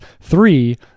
Three